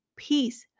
,peace